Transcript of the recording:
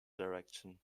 direction